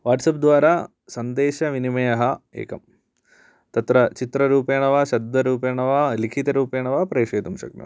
WhatsApp द्वारा सन्देशविनिमयः एकं तत्र चित्ररुपेण वा शब्दरुपेण वा लिखितरुपेण वा प्रेषयितुं शक्नुवन्ति